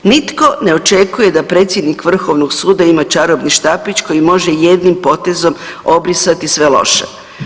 Nitko ne očekuje da predsjednik vrhovnog suda ima čarobni štapić kojim može jednim potezom obrisati sve loše.